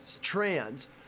trans